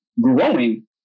growing